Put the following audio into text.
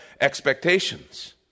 Expectations